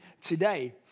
today